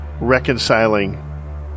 reconciling